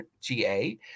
GA